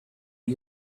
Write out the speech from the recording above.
you